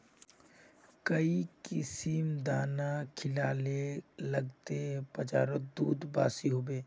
काई किसम दाना खिलाले लगते बजारोत दूध बासी होवे?